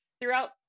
throughout